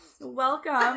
Welcome